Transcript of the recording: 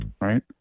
right